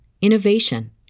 innovation